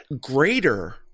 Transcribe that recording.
greater